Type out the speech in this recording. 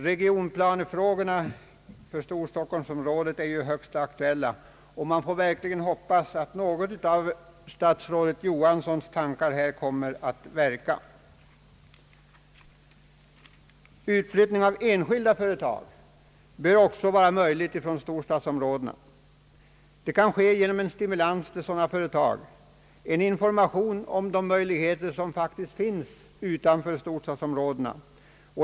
Regionplanefrågorna för storstockholmsområdet är högst aktuella, och man får verkligen hoppas att några av förra statsrådet Johanssons tankegångar kommer att verka i den fortsatta behandlingen. Utflyttning av enskilda företag från storstadsområdena bör också vara möjlig. Det kan ske genom stimulans till sådana företag och genom information om de möjligheter som faktiskt finns utanför storstadsområdena.